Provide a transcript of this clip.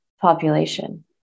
population